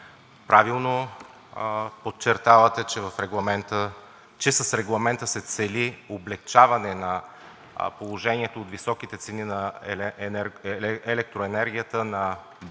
правилно подчертавате, че с Регламента се цели облекчаване на положението от високите цени на електроенергията на битовите